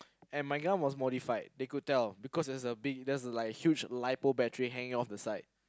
and my gun was modified they could tell because there's was big there's was like a huge lipo hanging off the side